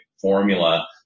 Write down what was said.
formula